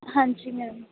ਹਾਂਜੀ ਮੈਮ